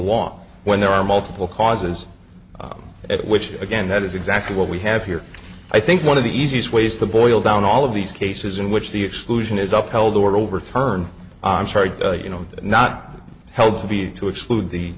law when there are multiple causes at which again that is exactly what we have here i think one of the easiest ways to boil down all of these cases in which the exclusion is up held or overturned i'm sorry you know not held to be to exclude the